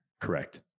Correct